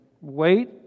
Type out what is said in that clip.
wait